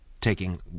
taking